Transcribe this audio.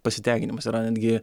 pasitenkinimas yra netgi